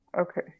Okay